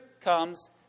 comes